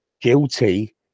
guilty